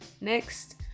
Next